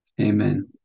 Amen